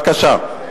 בבקשה.